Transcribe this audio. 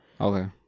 Okay